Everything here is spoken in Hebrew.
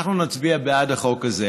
אנחנו נצביע בעד החוק הזה.